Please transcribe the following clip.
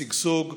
לשגשוג,